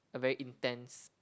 a very intense